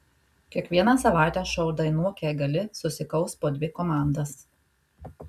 kiekvieną savaitę šou dainuok jei gali susikaus po dvi komandas